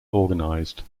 organized